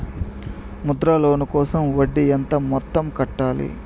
Mudra loan కోసం వడ్డీ ఎంత మొత్తం కట్టాలి